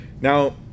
Now